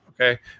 okay